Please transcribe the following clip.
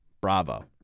bravo